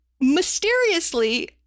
mysteriously